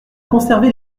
conserver